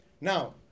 Now